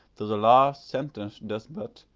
till the last sentence does but,